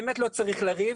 באמת לא צריך לריב.